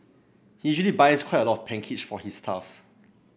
he usually buys quite a lot of pancakes for his staff